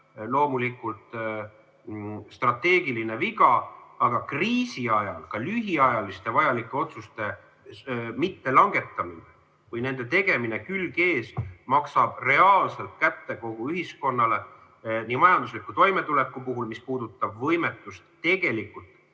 loomulikult strateegiline viga, aga kriisi ajal maksab ka lühiajaliste vajalike otsuste mittelangetamine või nende tegemine, külg ees, reaalselt kätte kogu ühiskonnale nii majandusliku toimetuleku mõttes, mis puudutab võimetust tegelikult